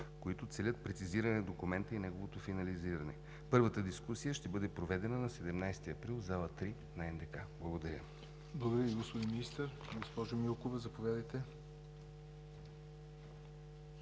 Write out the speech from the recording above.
които целят прецизиране на документа и неговото финализиране. Първата дискусия ще бъде проведена на 17 април, зала 3 на НДК. Благодаря. ПРЕДСЕДАТЕЛ ЯВОР НОТЕВ: Благодаря Ви, господин Министър. Госпожо Милкова, заповядайте,